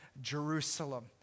Jerusalem